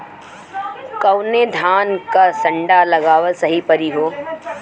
कवने धान क संन्डा लगावल सही परी हो?